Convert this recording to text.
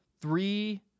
three